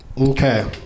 Okay